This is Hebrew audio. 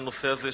הנושא הזה,